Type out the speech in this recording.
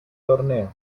torneo